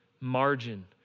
margin